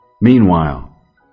Meanwhile